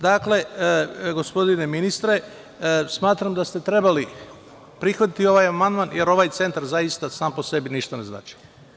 Dakle, gospodine ministre, smatram da ste trebali da prihvatite ovaj amandman, jer ovaj centar sam po sebi ništa ne znači.